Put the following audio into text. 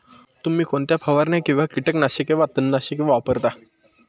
तुम्ही कोणत्या फवारण्या किंवा कीटकनाशके वा तणनाशके वापरता?